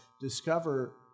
discover